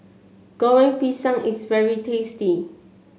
Goreng Pisang is very tasty